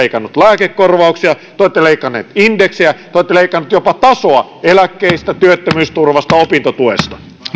leikanneet lääkekorvauksia te olette leikanneet indeksejä te olette leikanneet jopa tasoa eläkkeistä työttömyysturvasta opintotuesta